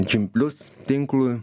gym plus tinklui